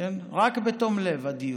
רק על תום לב הדיון,